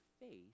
faith